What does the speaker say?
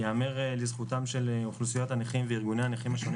ייאמר לזכותן של אוכלוסיות הנכים וארגוני הנכים השונים